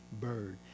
bird